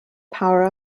power